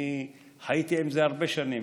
אני חייתי עם זה הרבה שנים.